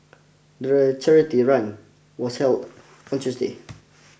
the charity run was held on Tuesday